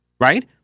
Right